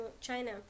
China